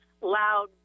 loud